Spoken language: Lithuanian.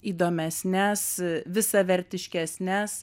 įdomesnes visavertiškesnes